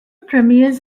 premieres